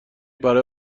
برای